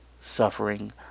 suffering